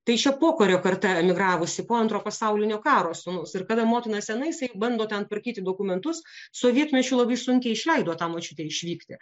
tai čia pokario karta emigravusi po antro pasaulinio karo sūnus ir kada motina sena jisai bando ten tvarkyti dokumentus sovietmečiu labai sunkiai išleido tą močiutę išvykti